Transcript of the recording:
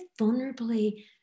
vulnerably